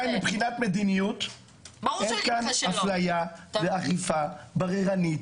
השאלה אם מבחינת מדיניות אין כאן אפליה ואכיפה בררנית